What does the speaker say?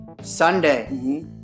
Sunday